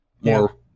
more